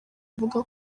akavuga